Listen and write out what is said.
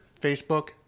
Facebook